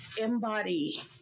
embody